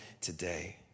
today